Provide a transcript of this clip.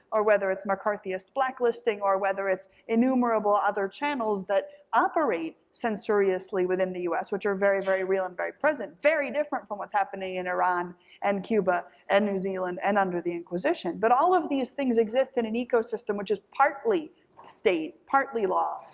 or whether it's mccarthyist blacklisting, or whether it's enumerable other channels that operate censoriously within the u s, which are very, very real and very present, very different from what's happening in iran and cuba and new zealand and under the inquisition. but all of these things exist in an ecosystem which is partly state, partly law,